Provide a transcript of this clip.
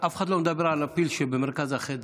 השרה, אף אחד לא מדבר על הפיל שבמרכז החדר,